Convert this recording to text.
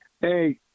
Hey